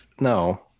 No